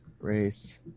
race